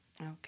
Okay